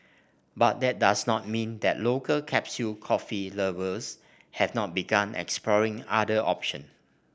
but that does not mean that local capsule coffee lovers have not begun exploring other options